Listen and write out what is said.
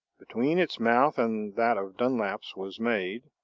between its mouth and that of dunlap's was made,